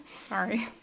Sorry